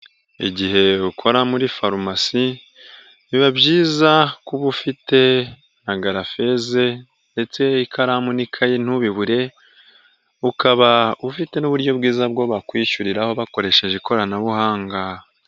Igihe ukora muri farumasi biba byiza kuba ufite nkagarafeza ndetse ikaramu n'ikayi ntubibure. Ukaba ufite n'uburyo bwiza bwo bakwishyuriraho bakoresheje ikoranabuhanga.